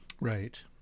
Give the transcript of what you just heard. Right